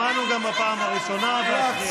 שמענו גם בפעם הראשונה והשנייה.